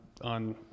on